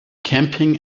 camping